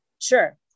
Sure